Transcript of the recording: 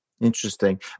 Interesting